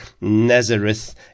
Nazareth